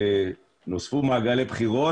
נוספו מעגלי בחירות,